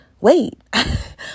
wait